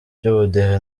by’ubudehe